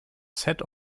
set